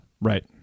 Right